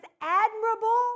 admirable